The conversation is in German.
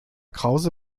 krause